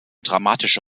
dramatische